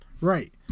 Right